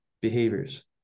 behaviors